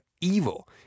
Evil